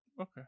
Okay